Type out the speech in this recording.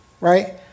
Right